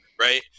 right